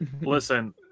Listen